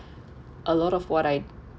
a lot of what I